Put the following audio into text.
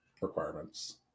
requirements